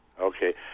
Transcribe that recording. Okay